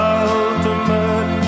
ultimate